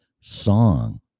song